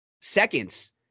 seconds